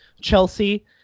Chelsea